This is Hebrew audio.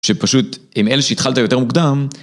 שפשוט, אם אלה שהתחלת יותר מוקדם...